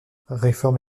réforme